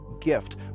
gift